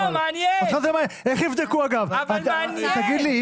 אבל זה מעניין.